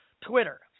Twitter